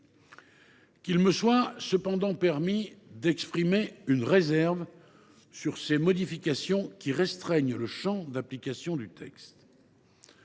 Permettez moi cependant d’exprimer une réserve sur ces modifications, qui restreignent le champ d’application du texte.